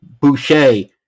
Boucher